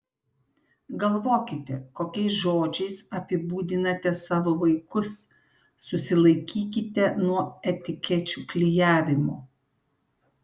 galvokite kokiais žodžiais apibūdinate savo vaikus susilaikykite nuo etikečių klijavimo